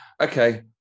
Okay